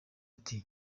ati